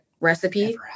recipe